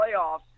playoffs